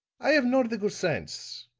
i have not the good sense!